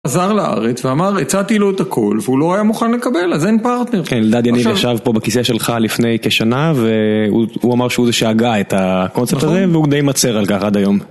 חזר לארץ ואמר, הצעתי לו את הכל, והוא לא היה מוכן לקבל, אז אין פארטנר כן, אלדד יניב ישב פה בכיסא שלך לפני כשנה והוא אמר שהוא זה שהגה את הקונספט הזה והוא די מצר על כך עד היום